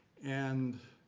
and